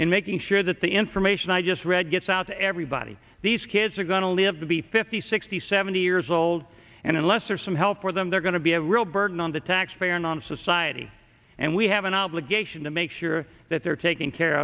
in making sure that the information i just read gets out to everybody these kids are going to live to be fifty sixty seventy years old and unless there's some help for them they're going to be a real burden on the taxpayer and on society and we have an obligation to make sure that they're taken care